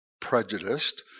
prejudiced